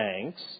thanks